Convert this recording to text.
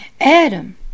Adam